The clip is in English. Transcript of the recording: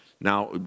Now